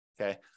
okay